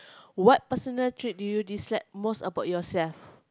what personal traits do you dislike most about yourself